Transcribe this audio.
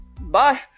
Bye